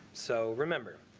so remember,